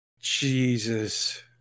Jesus